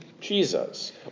Jesus